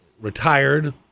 retired